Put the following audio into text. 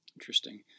Interesting